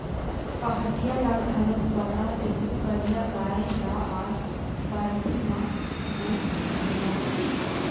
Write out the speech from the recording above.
पहाटिया ल घलोक बता देहूँ करिया गाय ल आज बरदी म नइ खेदन